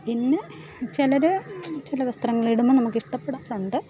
പിന്ന ചിലർ ചില വസ്ത്രങ്ങളിടുമ്പം നമ്മൾക്കിഷ്ടപ്പെടാറുണ്ട്